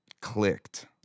clicked